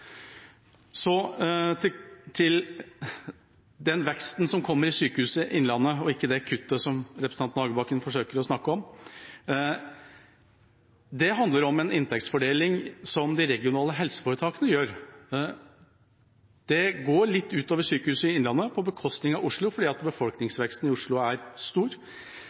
Så til den veksten som kommer i Sykehuset Innlandet, og ikke det kuttet som representanten Hagebakken forsøker å snakke om: Det handler om en inntektsfordeling som de regionale helseforetakene gjør. Det går litt ut over Sykehuset Innlandet på bekostning av Oslo fordi befolkningsveksten i Oslo er stor.